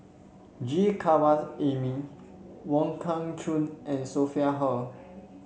G Kandasamy Wong Kah Chun and Sophia Hull